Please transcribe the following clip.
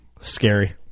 scary